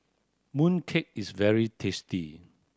mooncake is very tasty